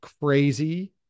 crazy